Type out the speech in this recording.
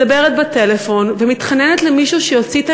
מדברת בטלפון ומתחננת למישהו שיוציא את